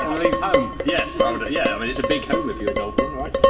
leave home. yes. um and yeah and it's a big home if you're a dolphin, right?